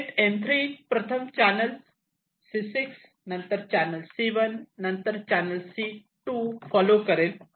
net N3 प्रथम channel C6 नंतर channel C1 नंतर चॅनल C2 फॉलो करेल